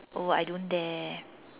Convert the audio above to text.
oh I don't dare